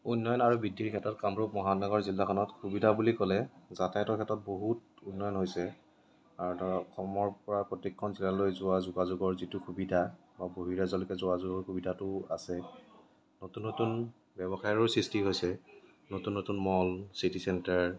উন্নয়ন আৰু বৃদ্ধিৰ ক্ষেত্ৰত কামৰূপ মহানগৰ জিলাখনত সুবিধা বুলি ক'লে যাতায়াতৰ ক্ষেত্ৰত বহুত উন্নয়ন হৈছে আৰু ধৰক অসমৰপৰা প্ৰত্যেকখন জিলালৈ যোৱা যোগাযোগৰ যিটো সুবিধা বা বহিঃৰাজ্যলৈকে যোৱা যোগাযোগৰ সুবিধাটোও আছে নতুন নতুন ব্যৱসায়ৰো সৃষ্টি হৈছে নতুন নতুন মল চিটি চেন্টাৰ